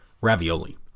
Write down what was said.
ravioli